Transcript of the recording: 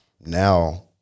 now